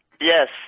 Yes